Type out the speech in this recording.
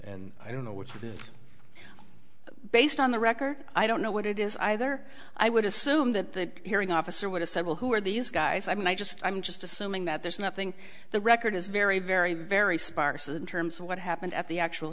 and i don't know which it is based on the record i don't know what it is either i would assume that the hearing officer would assemble who are these guys i mean i just i'm just assuming that there's nothing the record is very very very sparse in terms of what happened at the actual